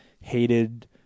hated